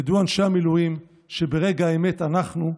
ידעו אנשי המילואים שברגע האמת אנחנו,